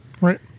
Right